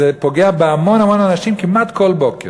זה פוגע בהמון אנשים כמעט כל בוקר.